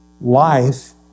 life